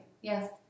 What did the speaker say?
yes